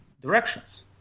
directions